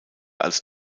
als